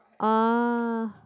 ah